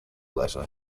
letter